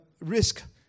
risk